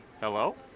Hello